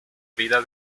vida